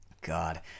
God